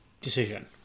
decision